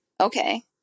okay